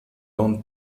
own